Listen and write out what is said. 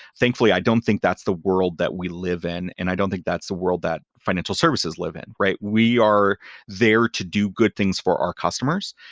thankfully, i don't think that's the world that we live in and i don't think that's the world that financial services live in, right? we are there to do good things for our customers.